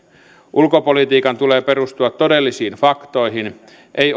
ulkopolitiikan tulee perustua todellisiin faktoihin ei